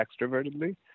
extrovertedly